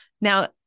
Now